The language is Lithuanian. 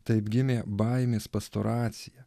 taip gimė baimės pastoracija